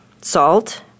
Salt